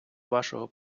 вашого